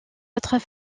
autres